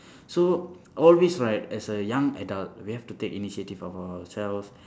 so all this right as a young adult we have to take initiative for ourselves